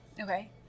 Okay